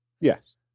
Yes